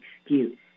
excuse